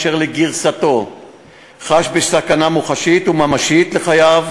אשר לגרסתו חש בסכנה מוחשית וממשית לחייו